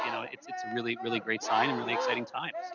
you know it's a really really great sign and really exciting times.